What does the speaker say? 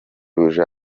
buji